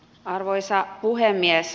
arvoisa puhemies